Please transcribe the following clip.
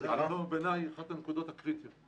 זאת אחת הנקודות הקריטיות בעיניי.